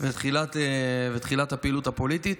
ותחילת הפעילות הפוליטית.